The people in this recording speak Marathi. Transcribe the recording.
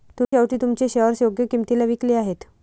तुम्ही शेवटी तुमचे शेअर्स योग्य किंमतीला विकले आहेत